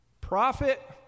Prophet